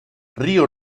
río